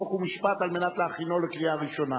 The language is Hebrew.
חוק ומשפט כדי להכינה לקריאה ראשונה.